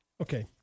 Okay